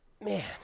Man